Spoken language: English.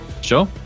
sure